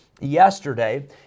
Yesterday